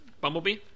Bumblebee